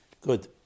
Good